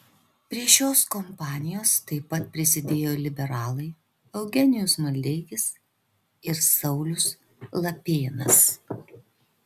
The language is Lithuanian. prie šios kompanijos taip pat prisidėjo liberalai eugenijus maldeikis ir saulius lapėnas